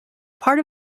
part